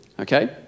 okay